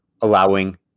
allowing